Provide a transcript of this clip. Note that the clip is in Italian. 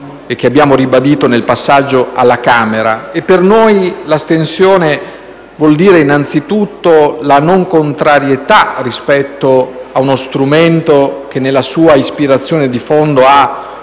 e che abbiamo ribadito nel passaggio alla Camera. Per noi l'astensione vuol dire, innanzitutto, non contrarietà rispetto ad uno strumento che, nella sua ispirazione di fondo, ha